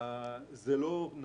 כיוון שהוא